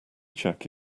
check